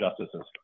Justices